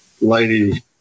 lady